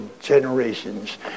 generations